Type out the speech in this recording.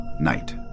Night